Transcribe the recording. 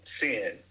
sin